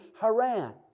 Haran